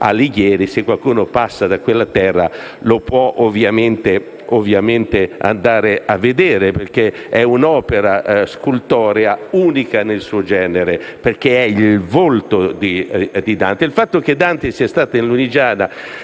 Alighieri. Se qualcuno passa da quella terra, lo può andare a vedere perché è un'opera scultorea unica nel suo genere perché è il volto di Dante. Essendo vissuto in Lunigiana,